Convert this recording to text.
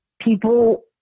people